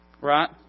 right